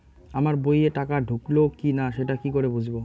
আমার বইয়ে টাকা ঢুকলো কি না সেটা কি করে বুঝবো?